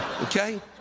Okay